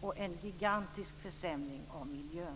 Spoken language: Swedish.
och en gigantisk försämring av miljön.